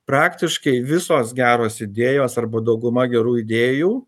praktiškai visos geros idėjos arba dauguma gerų idėjų